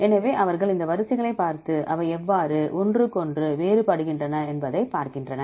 எனவே அவர்கள் இந்த வரிசைகளைப் பார்த்து அவை எவ்வாறு ஒன்றுக்கொன்று வேறுபடுகின்றன என்பதைப் பார்க்கின்றன